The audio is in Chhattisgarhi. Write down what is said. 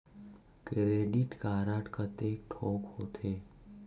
क्रेडिट कारड कतेक ठोक होथे?